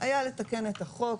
היה לתקן את החוק,